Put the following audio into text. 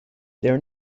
there